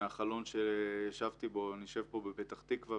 מהחלון שאני יושב לידו בפתח תקווה,